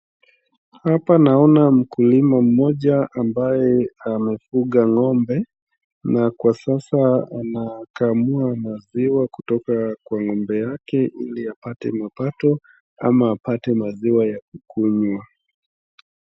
Hapa naona mkulima mmoja ambaye amefuga ng'ombe na kwa sasa anakamua maziwa kutoka kwa ng'ombe yake ili apate mapato ama apate maziwa ya kukunywa.